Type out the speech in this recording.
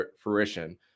fruition